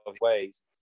ways